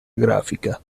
grafica